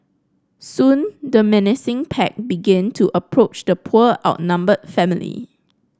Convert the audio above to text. soon the menacing pack began to approach the poor outnumbered family